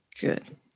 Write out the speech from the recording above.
good